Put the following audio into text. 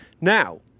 Now